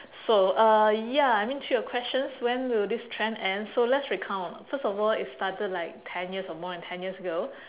so uh ya I mean to your questions when will this trend end so let's recount first of all it started like ten years or more than ten years ago